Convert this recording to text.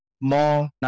more